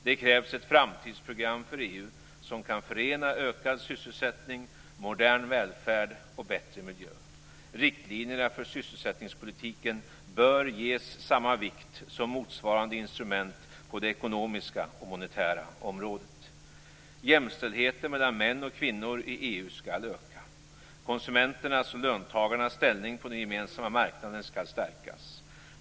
Det krävs ett framtidsprogram för EU som kan förena ökad sysselsättning, modern välfärd och bättre miljö. Riktlinjerna för sysselsättningspolitiken bör ges samma vikt som motsvarande instrument på det ekonomiska och monetära området. Jämställdheten mellan män och kvinnor i EU skall öka. Konsumenternas och löntagarnas ställning på den gemensamma marknaden skall stärkas.